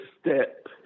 step